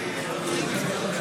החיילים שלנו,